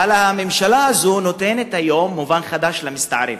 אבל הממשלה הזאת נותנת היום מובן חדש למסתערב.